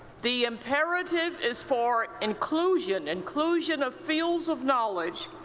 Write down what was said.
the imperative is for inclusion inclusion of fields of knowledge,